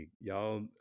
y'all